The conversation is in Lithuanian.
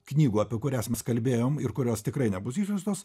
knygų apie kurias mes kalbėjom ir kurios tikrai nebus išsiųstos